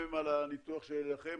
לממ"מ על הניתוח שלכם,